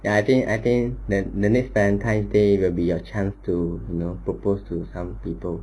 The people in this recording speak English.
ya I think I think the the next valentine's day will be your chance to proposed to some people